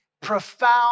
profound